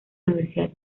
universidad